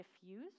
diffuse